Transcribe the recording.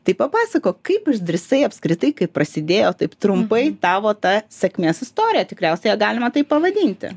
tai papasakok kaip išdrįsai apskritai kaip prasidėjo taip trumpai tavo ta sėkmės istorija tikriausiai ją galima taip pavadinti